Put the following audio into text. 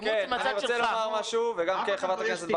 אלימות, מהצד שלך